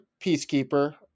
Peacekeeper